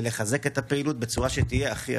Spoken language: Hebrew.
בבניין.